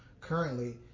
currently